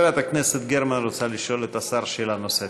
חברת הכנסת גרמן רוצה לשאול את השר שאלה נוספת.